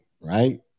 right